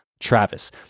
Travis